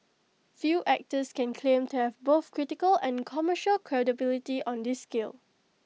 few actors can claim to have both critical and commercial credibility on this scale